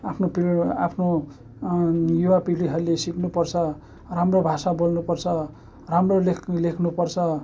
आफ्नो पिड् आफ्नो युवापिँढीहरूले सिक्नुपर्छ राम्रो भाषा बोल्नुपर्छ राम्रो लेख लेख्नुपर्छ